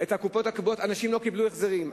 אנשים לא קיבלו החזרים.